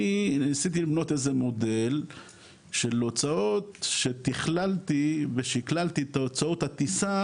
אני ניסיתי לבנות איזה מודל של הוצאות שתכללתי ושקללתי את הוצאות הטיסה,